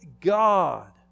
god